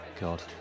god